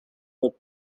were